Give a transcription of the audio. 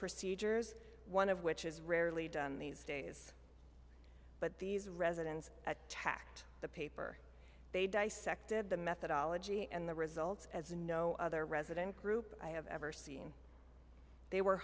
procedures one of which is rarely done these days but these residents attacked the paper they dissected the methodology and the results as no other resident group i have ever seen they were